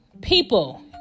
People